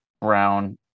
Brown